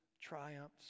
triumphs